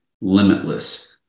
limitless